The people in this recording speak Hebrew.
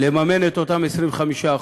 לממן את אותם 25%,